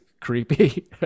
creepy